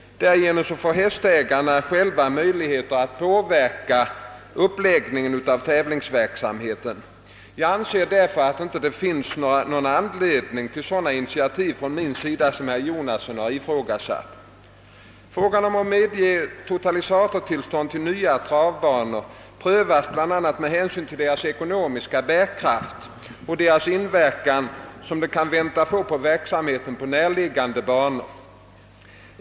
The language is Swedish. Härigenom får hästägarna själva möjligheter att påverka uppläggningen av tävlingsverksamheten. Jag anser därför att det inte finns någon anledning till sådana initiativ från min sida som herr Jonasson ifrågasatt. Frågan om att medge totalisatortillstånd för nya travbanor prövas bl.a. med hänsyn till deras ekonomiska bärkraft och den inverkan de kan väntas få på verksamheten vid närliggande banor.